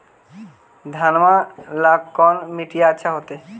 घनमा ला कौन मिट्टियां अच्छा होतई?